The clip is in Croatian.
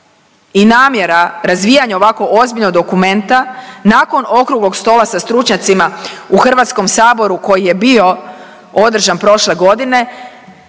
i namjera razvijanja ovako ozbiljnog dokumenta nakon okruglog stola sa stručnjacima u Hrvatskom saboru koji je bio održan prošle godine,